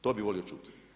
To bih volio čuti.